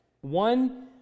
One